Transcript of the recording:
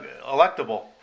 electable